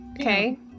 Okay